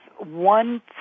one